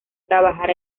trabajar